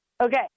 Okay